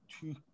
two